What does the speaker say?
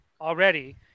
already